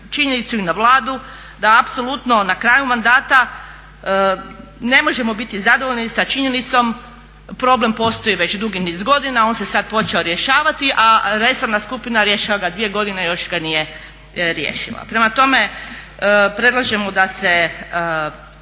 činjenicu i na Vladu da apsolutno na kraju mandata ne možemo biti zadovoljni sa činjenicom. Problem postoji već dugi niz godina, on se sad počeo rješavati, a resorna skupina rješava ga dvije godine, još ga nije riješila. Prema tome, predlažemo da se